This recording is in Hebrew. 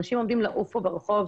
אנשים עומדים לעוף פה ברחוב,